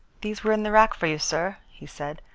these were in the rack for you, sir, he said.